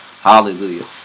Hallelujah